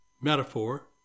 metaphor